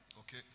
Okay